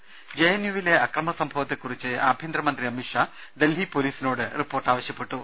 ് J N യുവിലെ അക്രമ സംഭവത്തെകുറിച്ച് ആഭ്യന്തര മന്ത്രി അമിത്ഷാ ഡൽഹി പൊലീസിനോട് റിപ്പോർട്ട് ആവശ്യപ്പെട്ടു